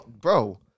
bro